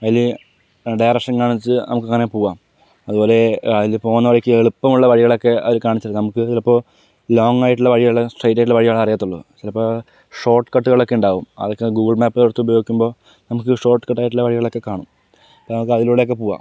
അതില് ഡയറക്ഷൻ എങ്ങനെയാ എന്നു വച്ച് നമുക്ക് അങ്ങനെ പോകാം അതുപോലെ അതില് പോകുന്ന വഴിക്ക് എളുപ്പം ഉള്ള വഴികളൊക്കെ അതില് കാണിച്ചു തരും നമുക്ക് ചിലപ്പോൾ ലോങ്ങ് ആയിട്ടുള്ള വഴികള് സ്ട്രെയിറ്റ് ആയിട്ടുള്ള വഴികളെ അറിയത്തുള്ളൂ ചിലപ്പോൾ ഷോട്ട് കട്ടുകൾ ഒക്കെ ഉണ്ടാകും അതൊക്കെ ഗൂഗിൾ മാപ്പ് ഉപയോഗിക്കുമ്പോൾ നമുക്ക് ഷോട്ട് കട്ട് ആയിട്ടുള്ള വഴികളൊക്കെ കാണും അപ്പ നമുക്ക് അതിലൂടെ ഒക്കെ പോകാം